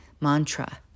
mantra